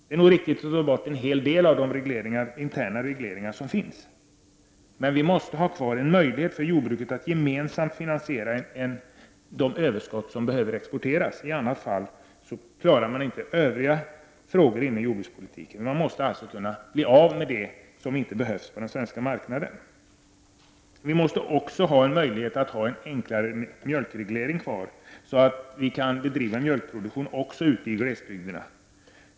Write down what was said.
Det är nog riktigt att ta bort en hel del av de interna regleringar som finns, men vi måste ha kvar en möjlighet för jordbruket att gemensamt finansiera de överskott som behöver exporteras. I annat fall klarar man inte övriga frågor inom jordbrukspolitiken. Man måste alltså kunna bli av med det som inte behövs på den svenska marknaden. Vi måste också kunna ha en enklare mjölkreglering kvar, så att man kan bedriva mjölkproduktion också ute i glesbygderna.